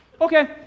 Okay